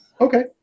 Okay